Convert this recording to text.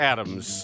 Adams